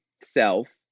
self